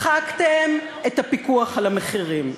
מחקתם את הפיקוח על המחירים,